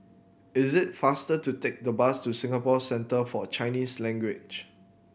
is it faster to take the bus to Singapore Centre For Chinese Language